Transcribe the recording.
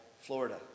Florida